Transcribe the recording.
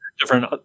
different